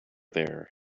there